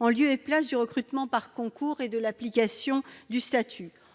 en lieu et place du recrutement par concours et de l'application du statut.